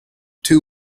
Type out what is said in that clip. two